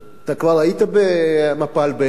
כבר היית במפל בעין-גדי,